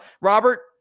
Robert